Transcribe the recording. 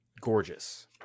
Gorgeous